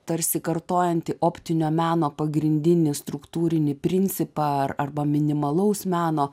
tarsi kartojantį optinio meno pagrindinį struktūrinį principą ar arba minimalaus meno